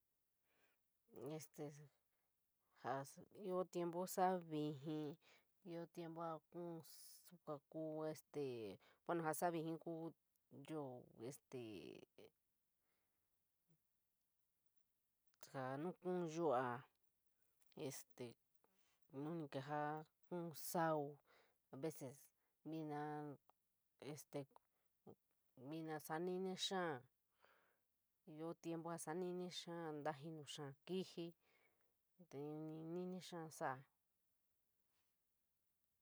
Este ioo tiempo sara ujiji, ioo tiempo sara kou, kua kou yoo este jaa nu kou yuu’a este nu ni kejara ja kuon sao a vees viina aste viina sara nini xada, ioo tiempo sara nini kaar, intanjino xada kijiji tee unii niimi xada soa.